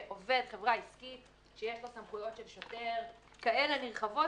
שעובד חברה עסקית שיש לו סמכויות של שוטר כאלה נרחבות,